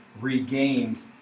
regained